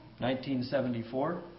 1974